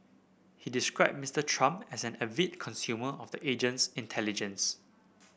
he described Mister Trump as an avid consumer of the agency's intelligence